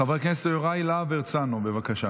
חבר הכנסת יוראי להב הרצנו, בבקשה.